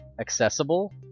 accessible